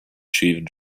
chief